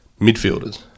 midfielders